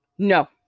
no